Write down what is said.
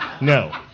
no